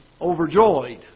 overjoyed